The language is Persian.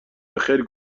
بخیر